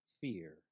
fear